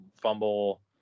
fumble